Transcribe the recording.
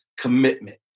commitment